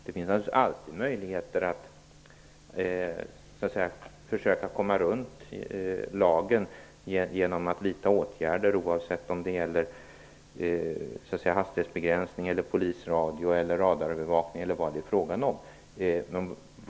Det finns alltid möjligheter att försöka komma runt lagen genom att vidta åtgärder oavsett om det gäller hastighetsbegränsning, användande av polisradio eller radarövervakning.